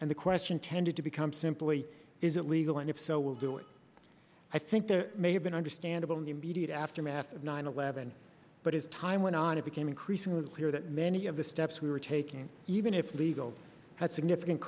and the question tended to become simply is it legal and if so will do it i think there may have been understandable in the immediate aftermath of nine eleven but as time went on it became increasingly clear that many of the steps we were taking even if legal had significant